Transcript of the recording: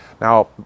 Now